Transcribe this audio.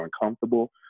uncomfortable